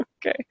Okay